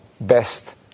best